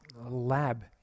lab